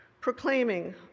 Proclaiming